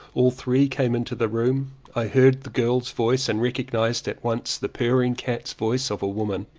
all three came into the room. i heard the girl's voice and recognized at once the pur ring cat's voice of a woman.